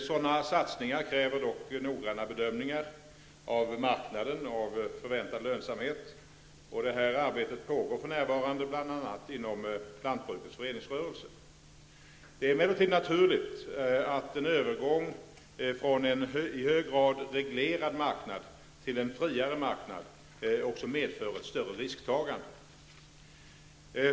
Sådana satsningar kräver dock noggranna bedömningar av marknad och förväntad lönsamhet, och detta arbete pågår för närvarande bl.a. inom lantbrukarnas föreningsrörelse. Det är emellertid naturligt att en övergång från en i hög grad reglerad marknad till en friare sådan också medför ett större risktagande.